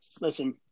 listen